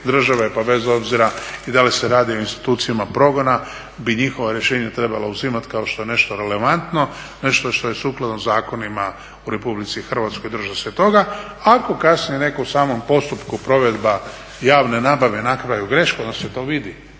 države pa bez obzira i da li se radi o institucijama progona bi njihova rješenja trebala uzimati kao nešto što je relevantno, nešto što je sukladno zakonima u RH i držat se toga. Ako kasnije netko u samom postupku provedba javne nabave napravi grešku onda se to vidi